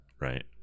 right